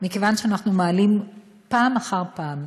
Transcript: מכיוון שאנחנו מעלים פעם אחר פעם,